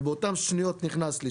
ובאותן שניות נכנס לי.